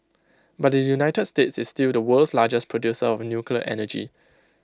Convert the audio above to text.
but the united states is still the world's largest producer of nuclear energy